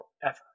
forever